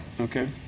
Okay